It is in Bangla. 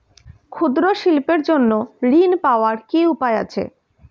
ক্ষুদ্র শিল্পের জন্য ঋণ পাওয়ার কি উপায় আছে?